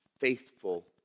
faithful